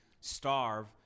starve